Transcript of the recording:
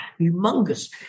humongous